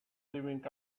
living